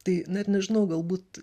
tai net nežinau galbūt